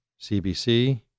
CBC